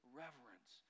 reverence